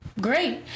Great